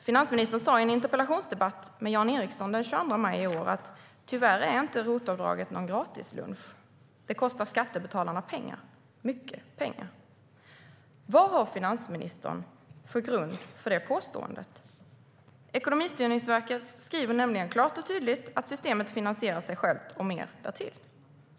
Finansministern sa i en interpellationsdebatt med Jan Ericson den 22 maj i år: "Tyvärr är inte ROT-avdraget någon gratislunch. Det kostar skattebetalarna pengar - mycket pengar." Vad har finansministern för grund för det påståendet? Ekonomistyrningsverket skriver nämligen klart och tydligt att systemet finansierar sig självt och mer därtill.